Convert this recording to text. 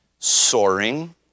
soaring